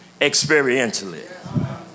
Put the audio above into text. experientially